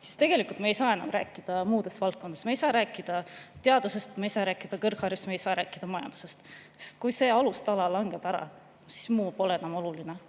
siis tegelikult me ei saa enam rääkida muudest valdkondadest, me ei saa rääkida teadusest, me ei saa rääkida kõrgharidusest, me ei saa rääkida majandusest. Kui see alustala langeb ära, siis muu pole enam oluline.